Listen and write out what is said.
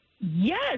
yes